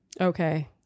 Okay